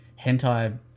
hentai